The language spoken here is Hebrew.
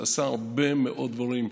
עשה הרבה מאוד דברים.